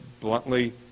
bluntly